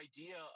idea